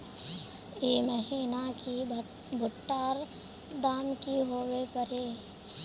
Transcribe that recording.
ई महीना की भुट्टा र दाम की होबे परे?